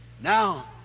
Now